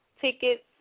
tickets